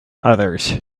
others